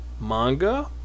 manga